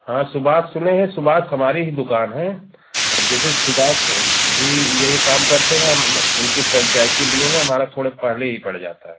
हाँ सुभास सुने हैं सुभास हमारी ही दुकान है अब जैसे सुभास भी यही काम करते हैं हम अब उनकी फ्रेंचाइजी लिए हैं हमारा थोड़े पहले ही पड़ जाता है